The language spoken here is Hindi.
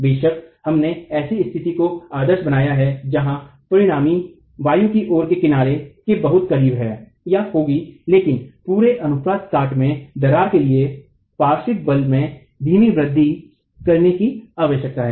बेशक हमने ऐसी स्थिति को आदर्श बनाया है जहाँ परिणामी वायु की ओर के किनारे के बहुत करीब होगी लेकिन पूरे अनुप्रथ काट में दरार के लिए पार्श्विक बल में धीमी वृद्धि करने की आवश्यक है